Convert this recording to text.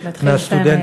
להתחיל לסיים,